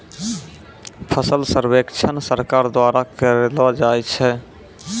फसल सर्वेक्षण सरकार द्वारा करैलो जाय छै